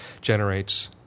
generates